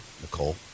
Nicole